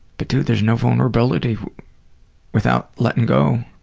but dude. there's no vulnerability without letting go.